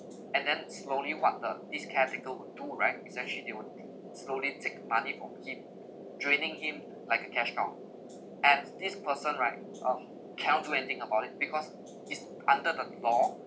and then slowly what the this caretaker would do right is actually they would slowly take money from him draining him like a cash cow and this person right oh cannot do anything about it because is under the law